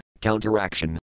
counteraction